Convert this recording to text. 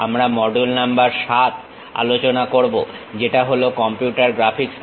আমরা module number 7 আলোচনা করবো যেটা হলো কম্পিউটার গ্রাফিক্স নিয়ে